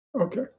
Okay